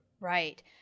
Right